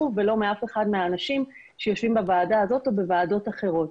הוא ולא מאף אחד מהאנשים שיושבים בוועדה הזאת או בוועדות אחרות.